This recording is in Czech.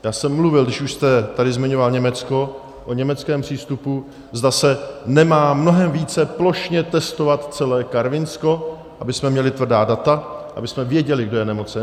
Já jsem mluvil, když už jste tady zmiňoval Německo, o německém přístupu, zda se nemá mnohem více plošně testovat celé Karvinsko, abychom měli tvrdá data, abychom věděli, kdo je nemocen.